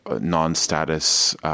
Non-Status